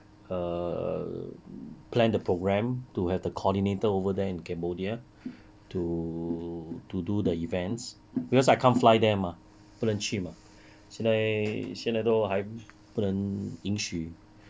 err plan the program to have the coordinator over there in cambodia to to do the events because I can't fly there mah 不能去嘛现在现在都还不能应许